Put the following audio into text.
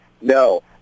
No